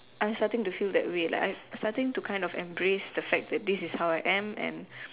I starting to feel that way like I I starting to kind of embrace the fact that this is how I am and